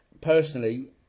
personally